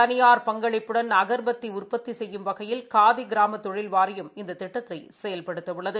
தனியார் பங்களிப்புடன் அக்பத்தி உற்பத்தி செய்யும் வகையில் காதி கிராம தொழில் வாரியம் இந்த திட்டத்தை செயல்படுத்தவுள்ளது